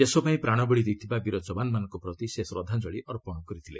ଦେଶପାଇଁ ପ୍ରାଣବଳି ଦେଇଥିବା ବୀର ଯବାନମାନଙ୍କ ପ୍ରତି ସେ ଶ୍ରଦ୍ଧାଞ୍ଜଳି ଅର୍ପଣ କରିଥିଲେ